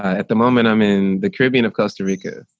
at the moment, i'm in the caribbean of costa rica.